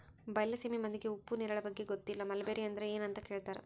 ಬೈಲಸೇಮಿ ಮಂದಿಗೆ ಉಪ್ಪು ನೇರಳೆ ಬಗ್ಗೆ ಗೊತ್ತಿಲ್ಲ ಮಲ್ಬೆರಿ ಅಂದ್ರ ಎನ್ ಅಂತ ಕೇಳತಾರ